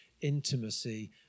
intimacy